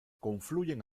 confluyen